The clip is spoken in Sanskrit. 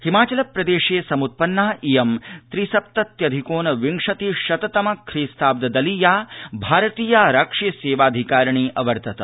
हिमाचलप्रदेशे समुत्पन्ना इयं त्रिसप्तत्यधिकोनविंशति शततम ख्रीस्ताब्द दलीया भारतीयारक्षिसेवाधिकारिणी अवर्तत